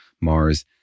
Mars